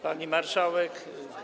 Pani Marszałek!